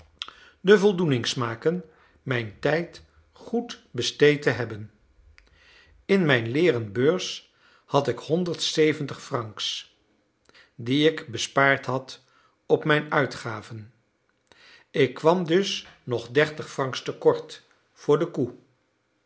de voldoening smaken mijn tijd goed besteed te hebben in mijn leeren beurs had ik honderd zeventig francs die ik bespaard had op mijn uitgaven ik kwam dus nog dertig francs te kort voor de koe